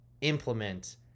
implement